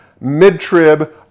mid-trib